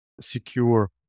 secure